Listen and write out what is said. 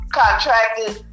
contracted